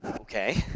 Okay